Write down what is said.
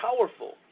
powerful